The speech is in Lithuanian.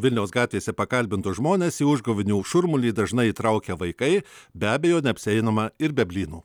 vilniaus gatvėse pakalbintus žmones į užgavėnių šurmulį dažnai įtraukia vaikai be abejo neapsieinama ir be blynų